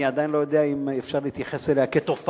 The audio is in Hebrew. אני עדיין לא יודע אם ניתן להתייחס אליה כתופעה,